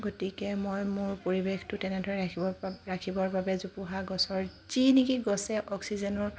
গতিকে মই মোৰ পৰিৱেশটো তেনেদৰে ৰাখিব ৰাখিবৰ বাবে জোপোহা গছৰ যিখিনি গছে অক্সিজেনৰ